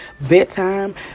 bedtime